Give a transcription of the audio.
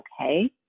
okay